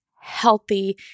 healthy